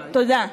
תודה.